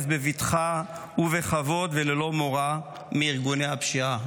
בבטחה ובכבוד וללא מורא מארגוני הפשיעה.